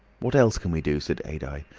what else can we do? said adye.